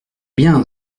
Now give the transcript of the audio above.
bien